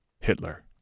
Hitler